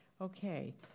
Okay